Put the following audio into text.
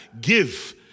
give